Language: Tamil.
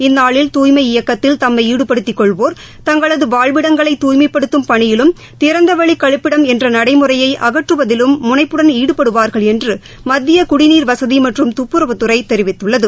இந்நாளில் தூய்மை இயக்கத்தில் தம்மை ஈடுபடுத்திக் கொள்வோர் தங்களது வாழ்விடங்களை தூய்மைப்படுத்தும் பணியிலும் திறந்தவெளி கழிப்பிடம் என்ற நடைமுறையை அகற்றுவதிலும் முனைப்புடன் ஈடுபடுவார்கள் என்று மத்திய குடிநீர் வசதி மற்றும் துப்புரவுத்துறை தெரிவித்துள்ளது